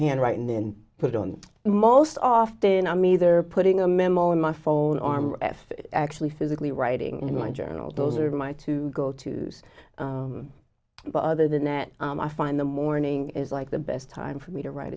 hand write and then put on most often i'm either putting a memo in my phone arm if actually physically writing in my journal those are my to go to use but other than that i find the morning is like the best time for me to write